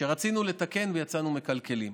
שרצינו לתקן ויצאנו מקלקלים.